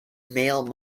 male